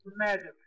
Imagine